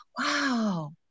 wow